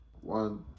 One